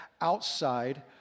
outside